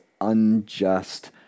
unjust